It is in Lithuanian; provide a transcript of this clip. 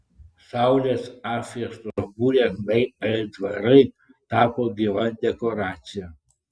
saulės apšviestos burės bei aitvarai tapo gyva dekoracija